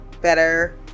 better